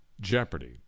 jeopardy